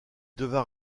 devint